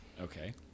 Okay